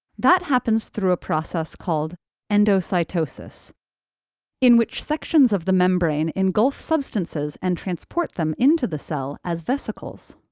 that happens through a process called endocytosis in which sections of the membrane engulf substances and transport them into the cell as vesicles.